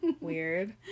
Weird